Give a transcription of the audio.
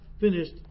finished